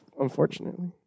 unfortunately